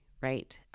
right